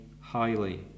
highly